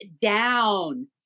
down